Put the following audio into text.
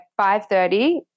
5.30